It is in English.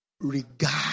regard